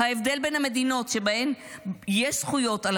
"ההבדל בין המדינות שבהן יש זכויות על